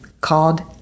called